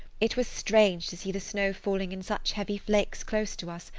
it was strange to see the snow falling in such heavy flakes close to us,